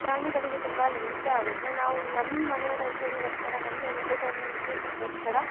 ಪ್ರಾಣಿಗಳಿಗೆ ತುಂಬ ಹಿಂಸೆ ಆಗುತ್ತೆ ನಾವು ನಮ್ಮ ಮನೋರಂಜನೆಗೋಸ್ಕರ ನಮ್ಮ ಎಂಟಟೈನ್ಮೆಂಟ್ಗಿಸ್ಗೋಸ್ಕರ